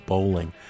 Bowling